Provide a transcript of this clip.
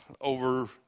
over